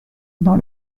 dans